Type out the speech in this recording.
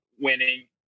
winning